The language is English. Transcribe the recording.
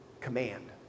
command